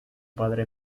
padre